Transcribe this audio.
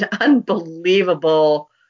unbelievable